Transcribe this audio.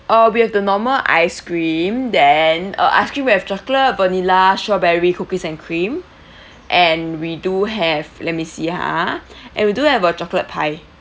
uh we've the normal ice cream then uh ice cream we have chocolate vanilla strawberry cookies and cream and we do have let me see ha and we do have a chocolate pie